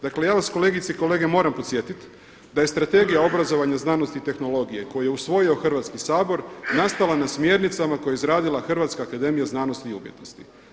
Dakle, ja vas kolegice i kolege, moram podsjetiti da je Strategija obrazovanja, znanosti i tehnologije koju je usvojio Hrvatski sabor nastala na smjernicama koje je izradila Hrvatska akademija znanosti i umjetnosti.